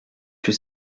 que